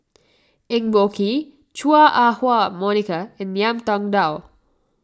Eng Boh Kee Chua Ah Huwa Monica and Ngiam Tong Dow